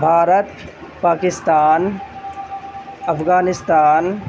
Bharat Pakistan Afghanistan